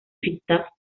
vita